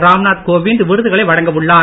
ராம்நாத் கோவிந்த் விருதுகளை வழங்க உள்ளார்